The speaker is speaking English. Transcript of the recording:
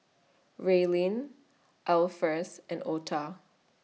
Raelynn Alpheus and Otha